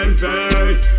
face